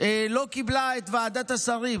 לא קיבלה את ועדת השרים.